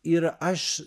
ir aš